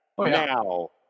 now